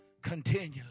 continually